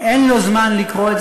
אפילו אין לו זמן לקרוא,